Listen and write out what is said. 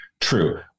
True